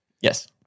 Yes